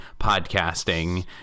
podcasting